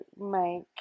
make